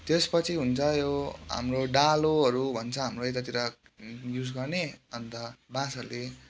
त्यसपछि हुन्छ यो हाम्रो यो डालोहरू भन्छ हाम्रो यतातिर युज गर्ने अन्त बाँसहरूले